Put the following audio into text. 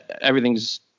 everything's